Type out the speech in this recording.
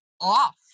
off